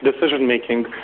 decision-making